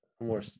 More